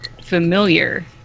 familiar